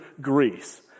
Greece